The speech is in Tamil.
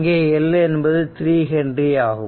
இங்கே L என்பது 3 H ஆகும்